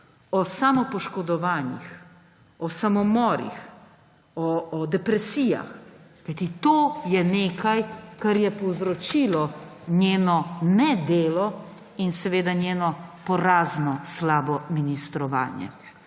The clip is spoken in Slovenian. o samopoškodovanjh, o samomorih, o depresijah. Kajti to je nekaj, kar je povzročilo njeno nedelo in njeno porazno slabo ministrovanje.